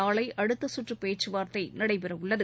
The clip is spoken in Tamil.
நாளை அடுத்த சுற்றுப் பேச்சுவார்த்தை நடைபெற உள்ளது